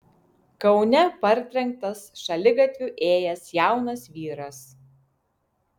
kaune partrenktas šaligatviu ėjęs jaunas vyras